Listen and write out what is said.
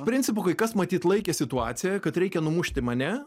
principu kai kas matyt laikė situaciją kad reikia numušti mane